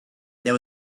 there